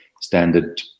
standard